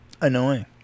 Annoying